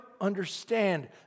understand